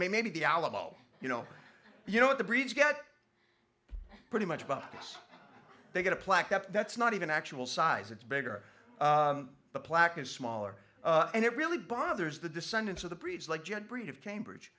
may be the alamo you know you know what the breeds get pretty much baucus they get a plaque up that's not even actual size it's bigger but plaque is smaller and it really bothers the descendants of the breeds like gen breed of cambridge